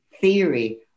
theory